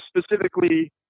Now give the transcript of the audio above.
specifically